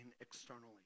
externally